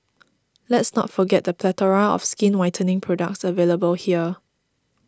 let's not forget the plethora of skin whitening products available here